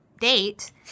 date